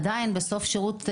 ועדיין, בסוף שירות צבאי,